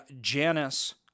Janice